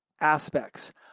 aspects